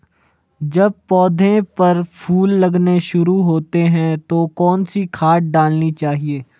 जब पौधें पर फूल लगने शुरू होते हैं तो कौन सी खाद डालनी चाहिए?